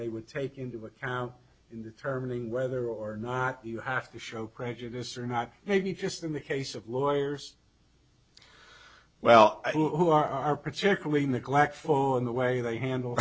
they would take into account in determining whether or not you have to show prejudice or not maybe just in the case of lawyers well who are particularly neglectful in the way they handle